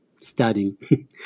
studying